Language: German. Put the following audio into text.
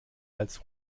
als